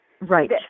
Right